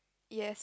yes